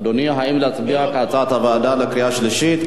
אדוני, האם להצביע כהצעת הוועדה בקריאה שלישית?